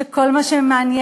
שכל מה שמעניין,